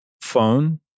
phone